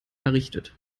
errichtet